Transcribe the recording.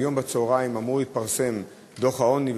היום בצהריים אמור להתפרסם דוח העוני,